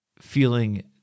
feeling